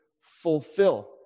fulfill